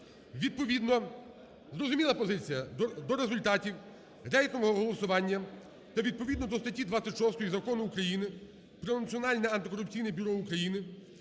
Відповідно. Зрозуміла позиція? До результатів рейтингового голосування та відповідно до статті 26 Закону України "Про Національне антикорупційне бюро України"